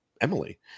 Emily